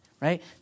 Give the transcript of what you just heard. right